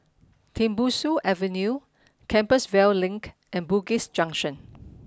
Tembusu Avenue Compassvale Link and Bugis Junction